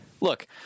Look